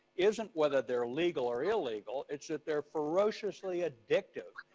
isn't whether they're legal or illegal, its that they're ferociously addictive.